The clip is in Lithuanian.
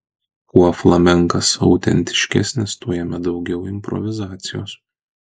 kuo flamenkas autentiškesnis tuo jame daugiau improvizacijos